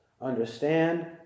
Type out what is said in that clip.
Understand